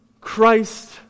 Christ